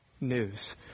news